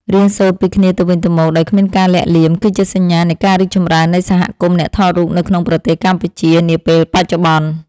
រៀនសូត្រពីគ្នាទៅវិញទៅមកដោយគ្មានការលាក់លៀមគឺជាសញ្ញានៃការរីកចម្រើននៃសហគមន៍អ្នកថតរូបនៅក្នុងប្រទេសកម្ពុជានាពេលបច្ចុប្បន្ន។